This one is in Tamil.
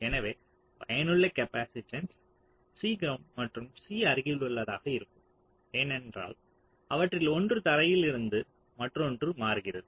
எனவே பயனுள்ள காப்பாசிட்டன்ஸ் C கிரவுண்ட் மற்றும் C அருகிலுள்ளதாக இருக்கும் ஏனென்றால் அவற்றில் ஒன்று தரையில் இருந்தது மற்றொன்று மாறுகிறது